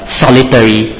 solitary